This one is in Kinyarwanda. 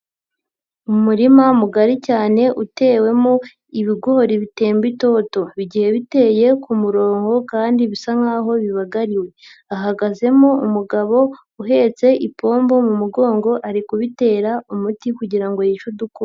Umurima mugari cyane utewemo ibigori bitemba itoto, bigiye biteye ku murongo kandi bisa nk'aho bibagariwe, hahagazemo umugabo uhetse ipombo mu mugongo ari kubitera umuti kugira ngo yice udukoko.